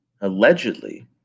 allegedly